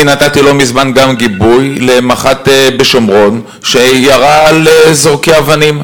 אני נתתי גם לא מזמן גיבוי למח"ט בשומרון שירה על זורקי אבנים.